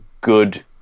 good